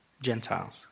Gentiles